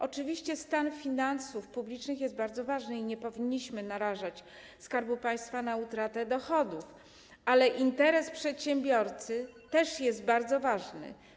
Oczywiście stan finansów publicznych jest bardzo ważny i nie powinniśmy narażać Skarbu Państwa na utratę dochodów, ale interes przedsiębiorcy też jest bardzo ważny.